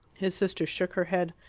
his sister shook her head.